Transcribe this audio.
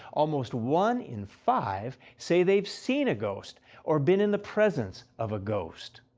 almost one in five, say they've seen a ghost or been in the presence of a ghost.